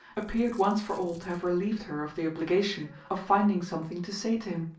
appeared once for all to have relieved her of the obligation of finding something to say to him.